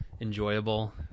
enjoyable